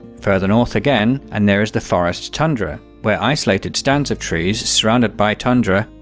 further north again and there is the forest tundra, where isolated stands of trees, surrounded by tundra,